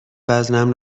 وزنم